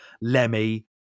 Lemmy